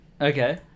Okay